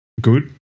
good